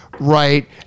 Right